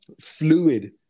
fluid